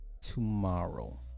tomorrow